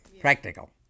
practical